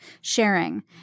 sharing